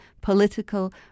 political